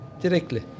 directly